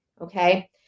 okay